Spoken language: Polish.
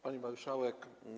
Pani Marszałek!